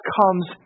comes